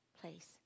place